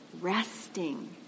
resting